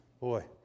boy